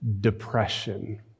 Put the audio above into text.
depression